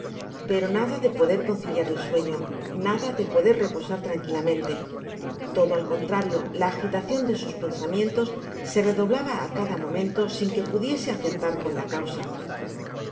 pero nada de poder conciliar el sueno nada de poder reposar tranquilamente todo al contrario la agitacion de sus pensamientos se redoblaba á cada momento sin que pudiese acertar con la causa